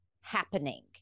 happening